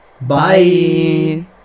Bye